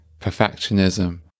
perfectionism